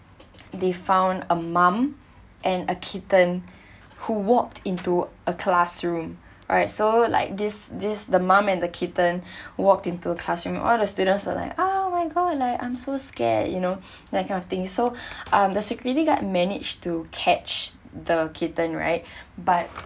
they found a mom and a kitten who walked into a classroom alright so like this this the mom and the kitten walked into a classroom all the students are like oh my god I am so scared you know that kind of thing so um the security guard managed to catch the kitten right but